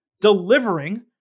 delivering